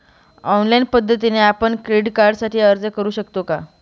Online पद्धतीने आपण credit कार्डसाठी अर्ज करु शकतो का?